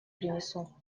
принесу